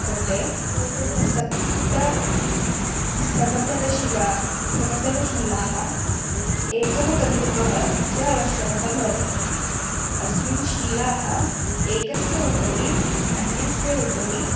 कृते सप्तसमतलशिला समतलशिलाः एकः कन्दुकः च आवश्यकः भवति अस्मिन् शिलाः एकस्य उपरि अन्यस्य उपरि